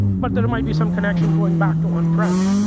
but there might be some connection going back to on-prem.